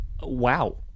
Wow